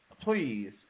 Please